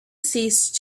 ceased